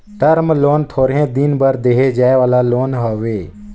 term loan हर थोरहें दिन बर देहे जाए वाला लोन हवे